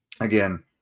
again